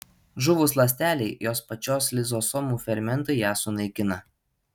žuvus ląstelei jos pačios lizosomų fermentai ją sunaikina